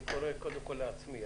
אני קודם כול קורא לעצמי.